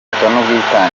ishyaka